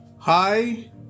Hi